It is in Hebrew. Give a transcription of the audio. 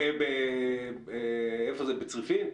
בצריפין.